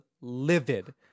livid